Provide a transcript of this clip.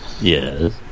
Yes